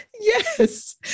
Yes